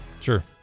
Sure